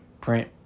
print